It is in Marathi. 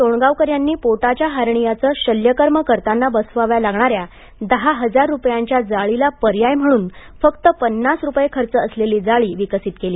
टोणगावकर यांनी पोटाच्या हार्नीयाचं शल्यकर्म करतांना बसवाव्या लागणार्या दहा इजार रुपयांच्या जाळीला पर्याय म्हणून फक्त पन्नास पैसे खर्च असलेली जाळी विकसित केली